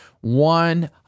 One